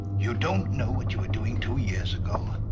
you don't know what you were doing two years ago?